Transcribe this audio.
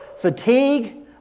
Fatigue